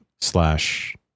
slash